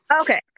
Okay